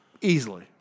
Easily